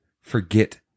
forget